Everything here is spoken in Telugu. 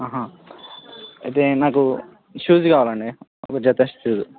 ఆహా అయితే నాకు షూస్ కావాలండి ఒక జత షూజ